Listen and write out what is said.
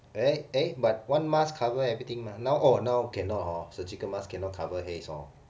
eh eh but one mask cover everything mah now oh now cannot hor surgical masks cannot cover haze hor